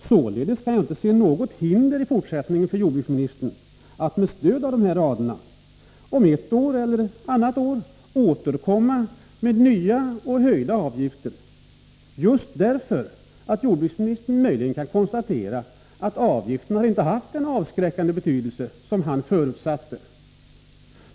Således kan jag inte se något hinder för jordbruksministern att framöver, om ett eller annat år, återkomma med nya och höjda avgifter — just därför att han då kanske kan konstatera att avgiften inte har haft den avskräckande betydelse som han förutsatte.